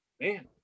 Man